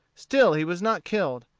still he was not killed.